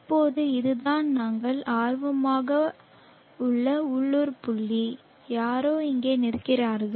இப்போது இதுதான் நாங்கள் ஆர்வமாக உள்ள உள்ளூர் புள்ளி யாரோ இங்கே நிற்கிறார்கள்